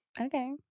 Okay